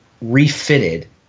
refitted